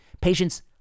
Patients